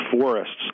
forests